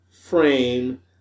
frame